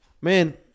man